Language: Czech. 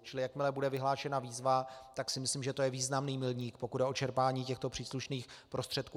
Čili jakmile bude vyhlášena výzva, tak si myslím, že to je významný milník, pokud jde o čerpání těchto příslušných prostředků.